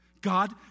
God